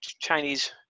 Chinese